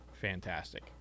fantastic